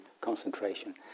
concentration